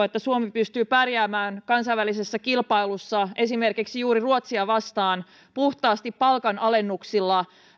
että suomi pystyy pärjäämään kansainvälisessä kilpailussa esimerkiksi juuri ruotsia vastaan puhtaasti palkanalennuksiin